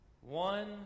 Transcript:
One